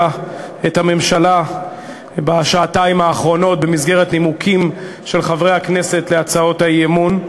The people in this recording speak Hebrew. את הממשלה במסגרת נימוקים של חברי הכנסת בהצעות האי-אמון.